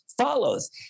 follows